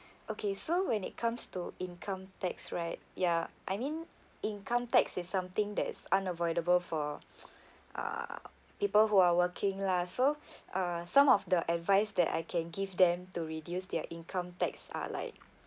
okay so when it comes to income tax right ya I mean income tax is something that is unavoidable for uh people who are working lah so uh some of the advice that I can give them to reduce their income tax are like